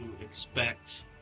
expect